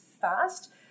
fast